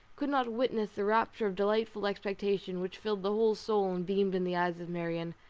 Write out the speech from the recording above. could not witness the rapture of delightful expectation which filled the whole soul and beamed in the eyes of marianne,